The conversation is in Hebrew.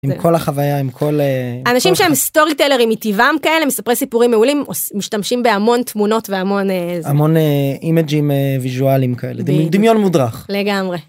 עם כל החוויה, עם כל.. אנשים שהם סטורי טיילרים מטבעם כאלה, מספר סיפורים מעולים, משתמשים בהמון תמונות והמון זה. המון אימג'ים ויזואלים כאלה. בדיוק. דמיון מודרך. לגמרי.